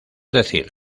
decir